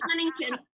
Huntington